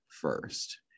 first